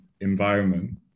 environment